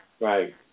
Right